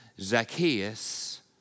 Zacchaeus